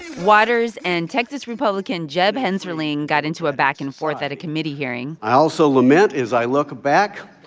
and waters and texas republican jeb hensarling got into a back-and-forth at a committee hearing i also lament, as i look back,